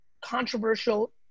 controversial